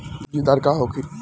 बीजदर का होखे?